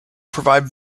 provide